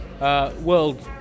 World